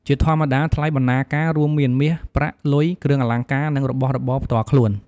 ជាធម្មតា ថ្លៃបណ្ណាការរួមមានមាសប្រាក់ លុយ, គ្រឿងអលង្ការ, និងរបស់របរផ្ទាល់ខ្លួន។